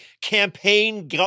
campaign